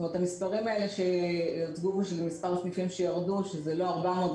המספרים האלה שהוצגו של מספר סניפים שירדו זה לא 400,